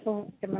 okay ma'am